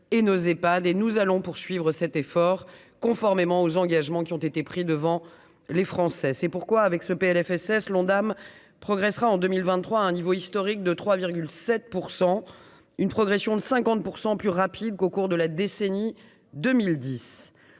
et n'osaient pas des nous allons poursuivre cet effort, conformément aux engagements qui ont été pris devant les Français, c'est pourquoi, avec ce Plfss l'Ondam progressera en 2023 à un niveau historique de 3 7 % une progression de 50 % plus rapide qu'au cours de la décennie 2010